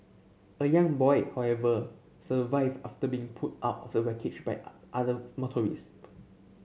a young boy however survived after being pulled out of the wreckage by other motorist